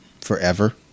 forever